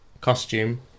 costume